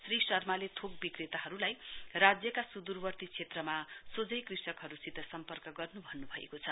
श्री शर्माले थोक बिक्रेताहरूलाई राज्यका सुदूरवर्ती क्षेत्रमा सौझै कृषकहरूसित सम्पर्क गर्नु भन्नु भएको छ